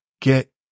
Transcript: get